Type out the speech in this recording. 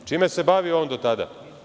Čime se bavio on do tada?